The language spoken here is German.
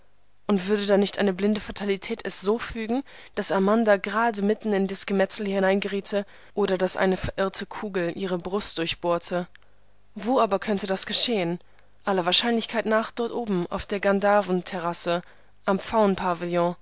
und würde dann nicht eine blinde fatalität es so fügen daß amanda gerade mitten in das gemetzel hineingeriete oder daß eine verirrte kugel ihre brust durchbohrte wo aber könnte das geschehen aller wahrscheinlichkeit nach dort oben auf der gandharven terrasse am